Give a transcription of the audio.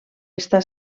està